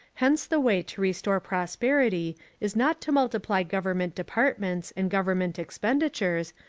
hence the way to restore prosperity is not to multiply government departments and government expenditures,